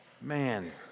Man